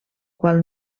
qual